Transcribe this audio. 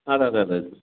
അതെ അതെ അതെ